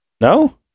No